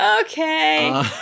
Okay